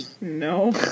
No